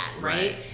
right